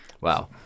Wow